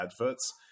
adverts